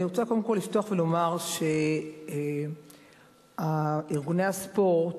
אני רוצה קודם כול לפתוח ולומר שארגוני הספורט,